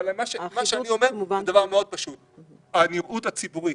אני אומר דבר פשוט מאוד: הנראות הציבורית,